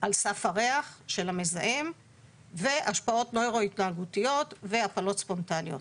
על סף הריח של המזהם והשפעות נוירו התנהגותיות והפלות ספונטניות,